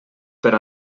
per